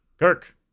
Kirk